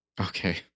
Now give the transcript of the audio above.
Okay